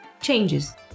changes